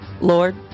Lord